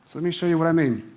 let me show you what i mean.